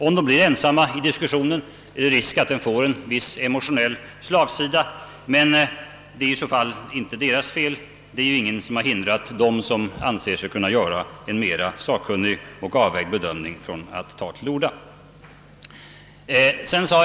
Om de blir ensamma i diskussionen är det risk för att den får emotionell slagsida, men det är i så fall inte deras fel; det är ju ingenting som hindrar dem som anser sig kunna göra en mera sakkunnig och avvägd bedömning från att ta till orda.